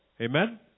Amen